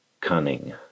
cunning